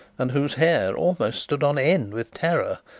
and whose hair almost stood on end with terror,